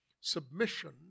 submission